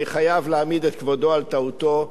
אני חייב להעמיד את כבודו על טעותו.